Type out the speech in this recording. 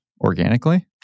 organically